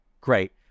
great